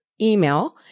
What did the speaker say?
email